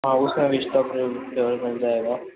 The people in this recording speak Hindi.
हाँ उसमें पिस्ता फ्लेवर इससे बड़ा मिल जाएगा